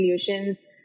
solutions